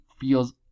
feels